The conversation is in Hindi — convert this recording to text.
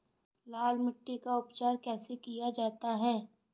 लाल मिट्टी का उपचार कैसे किया जाता है?